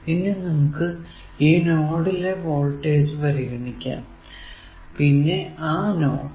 ഇനി നമുക്ക് ഈ നോഡിലെ വോൾടേജ് പരിഗണിക്കാം പിന്നെ ആ നോഡ്